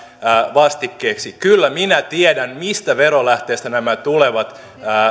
vastikkeeksi kyllä minä tiedän mistä verolähteestä nämä tulevat